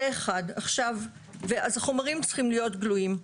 אז החומרים צריכים להיות גלויים.